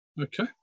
Okay